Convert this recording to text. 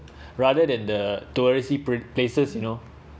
rather than the touristy pla~ places you know